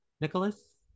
Nicholas